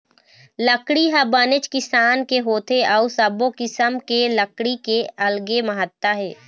लकड़ी ह बनेच किसम के होथे अउ सब्बो किसम के लकड़ी के अलगे महत्ता हे